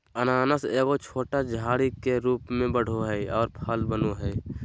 अनानास एगो छोटा झाड़ी के रूप में बढ़ो हइ और फल बनो हइ